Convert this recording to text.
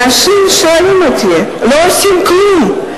אנשים שואלים אותי: לא עושים כלום,